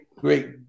great